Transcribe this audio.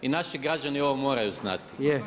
I naši građani ovo moraju znati.